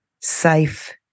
safe